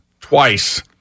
twice